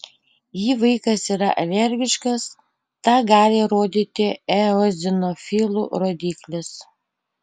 jei vaikas yra alergiškas tą gali rodyti eozinofilų rodiklis